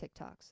TikToks